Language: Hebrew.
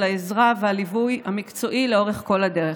על העזרה והליווי המקצועי לאורך כל הדרך.